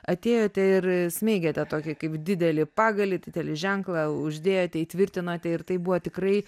atėjote ir smeigėte tokį kaip didelį pagalį didelį ženklą uždėjote įtvirtinote ir tai buvo tikrai